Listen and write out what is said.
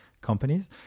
companies